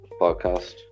podcast